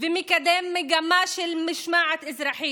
ומקדם מגמה של משמעת אזרחית,